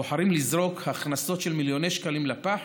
בוחרים לזרוק הכנסות של מיליוני שקלים לפח,